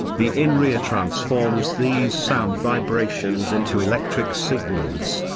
the inner ear transforms these sound vibrations into electric signals,